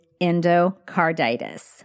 endocarditis